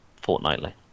fortnightly